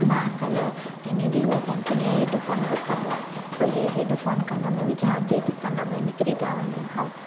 मां काल्ह अने विवो कंपनी जा हेडफोन वरिता हुआ पर इहे हेडफोन कन में विझा थी त कन में निकरी था वञनि हाओ